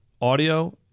audio